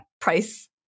price